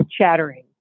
chattering